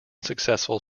successful